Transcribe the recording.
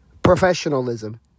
Professionalism